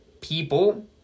people